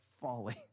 folly